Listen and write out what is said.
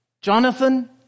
Jonathan